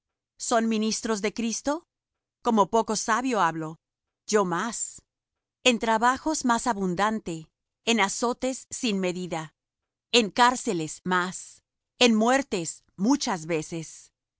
son ministros de cristo como poco sabio hablo yo más en trabajos más abundante en azotes sin medida en cárceles más en muertes muchas veces